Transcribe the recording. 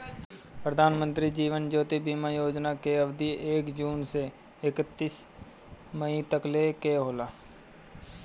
प्रधानमंत्री जीवन ज्योति बीमा योजना कअ अवधि एक जून से एकतीस मई तकले कअ होला